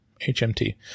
HMT